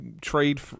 trade